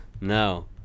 No